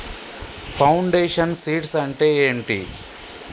Foundation seeds అంటే ఏంటి?